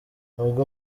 ubwo